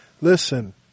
Listen